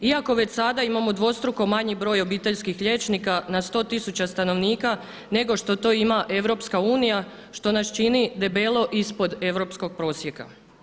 Iako već sada imamo dvostruko manji broj obiteljskih liječnika na 100 tisuća stanovnika nego što to ima EU, što nas čini debelo ispod europskog prosjeka.